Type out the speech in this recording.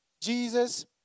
Jesus